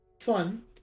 fun